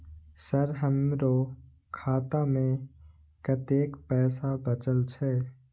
Sir हमरो खाता में कतेक पैसा बचल छे?